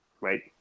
right